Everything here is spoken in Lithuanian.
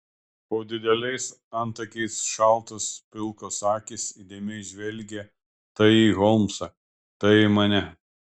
po dideliais antakiais šaltos pilkos akys įdėmiai žvelgė tai į holmsą tai į mane